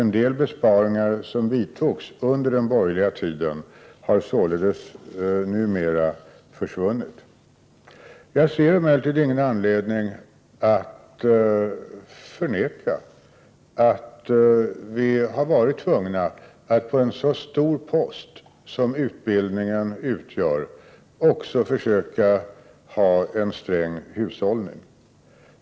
En del besparingar som vidtogs under den borgerliga tiden har således nu försvunnit. Jag ser emellertid ingen anledning att förneka att vi också på en så stor post som utbildningen utgör har varit tvungna att försöka ha en sträng hushållning.